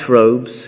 robes